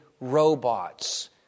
robots